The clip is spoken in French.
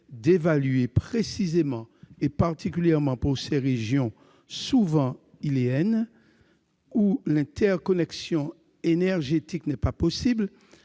d'évaluer précisément et particulièrement pour ces régions souvent îliennes, où l'interconnexion énergétique n'est pas possible,